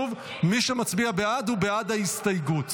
מי שמצביע בעד, הוא בעד ההסתייגות.